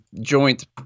joint